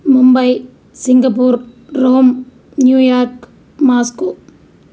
Mumbai Singapore Rome New York Moscow